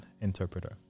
interpreter